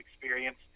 experience